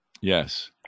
Yes